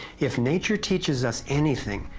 if nature teaches us anything,